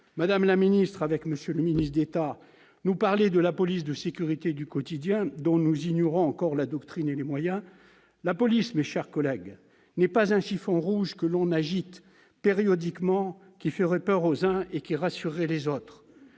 madame la ministre, avec M. le ministre d'État, nous parlez d'une police de sécurité du quotidien dont nous ignorons encore la doctrine et les moyens ... La police, mes chers collègues, n'est pas un chiffon rouge que l'on agite périodiquement, qui ferait peur aux uns et rassurerait les autres